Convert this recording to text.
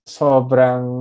sobrang